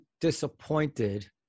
disappointed